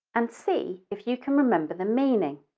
and see if you can remember the meaning.